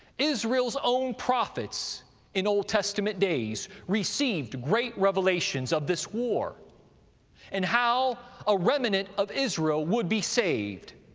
israel's own prophets in old testament days received great revelations of this war and how a remnant of israel would be saved.